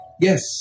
Yes